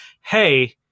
hey